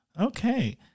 Okay